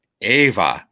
Ava